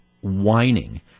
whining